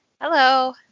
hello